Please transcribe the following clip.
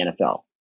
NFL